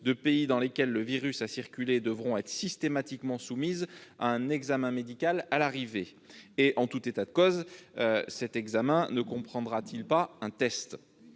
de pays dans lesquels le virus a circulé devront être systématiquement soumises à un examen médical à l'arrivée ? En tout état de cause, cet examen ne comprendra-t-il pas un test ?